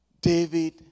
David